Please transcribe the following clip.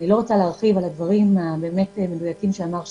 אני לא רוצה להרחיב על הדברים המדויקים באמת שאמר שי.